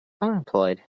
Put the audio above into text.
Unemployed